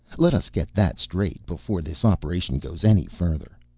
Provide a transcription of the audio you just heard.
let us get that straight before this operation goes any further.